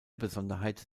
besonderheit